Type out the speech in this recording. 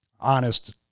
honest